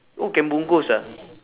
oh can bungkus ah